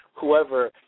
whoever